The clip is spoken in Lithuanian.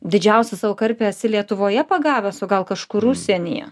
didžiausią savo karpį esi lietuvoje pagavęs o gal kažkur užsienyje